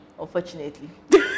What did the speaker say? unfortunately